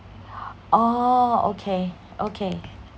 oh okay okay